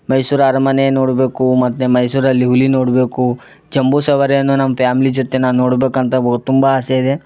ಮೈಸೂರು ಅರಮನೆ ನೋಡ್ಬೇಕು ಮತ್ತು ಮೈಸೂರಲ್ಲಿ ಹುಲಿ ನೋಡ್ಬೇಕು ಜಂಬೂಸವಾರಿಯನ್ನು ನಮ್ಮ ಫ್ಯಾಮ್ಲಿ ಜೊತೆ ನಾನು ನೋಡಬೇಕಂತ ಒ ತುಂಬ ಆಸೆ ಇದೆ